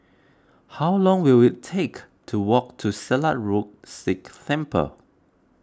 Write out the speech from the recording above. how long will it take to walk to Silat Road Sikh Temple